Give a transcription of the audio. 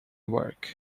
work